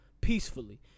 peacefully